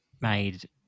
made